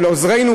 ושל עוזרינו,